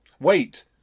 Wait